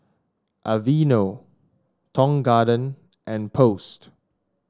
Aveeno Tong Garden and Post